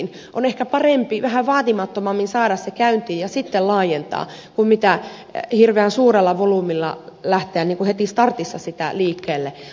on ehkä parempi vähän vaatimattomammin saada se käyntiin ja sitten laajentaa kuin hirveän suurella volyymillä lähteä heti startissa liikkeelle